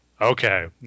Okay